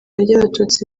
ry’abatutsi